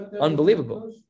unbelievable